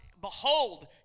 Behold